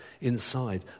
inside